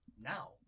now